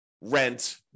rent